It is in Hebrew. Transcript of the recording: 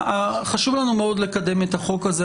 חשוב לנו מאוד לקדם את החוק הזה,